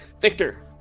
victor